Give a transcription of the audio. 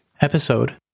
episode